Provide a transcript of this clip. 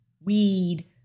weed